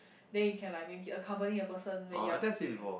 then you can like maybe accompany a person when you're free